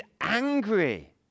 angry